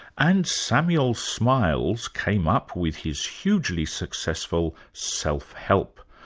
and samuel smiles came up with his hugely successful, self-help,